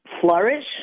flourish